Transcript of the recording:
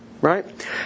Right